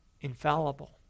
Infallible